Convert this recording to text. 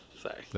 Sorry